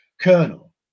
Colonel